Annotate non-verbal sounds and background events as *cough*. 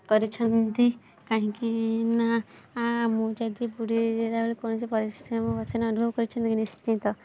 କରିଛନ୍ତି କାହିଁକିନା ମୁଁ ଯଦି ବୁଢ଼ୀ *unintelligible* ପରିସ୍ଥିତିରେ ମୋ ପଛରେ ଅନୁଭବ କରିଛନ୍ତି ନିଶ୍ଚିନ୍ତ